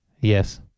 Yes